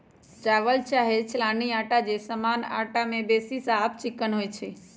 चालल चाहे चलानी अटा जे सामान्य अटा से बेशी साफ चिक्कन होइ छइ